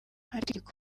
ariko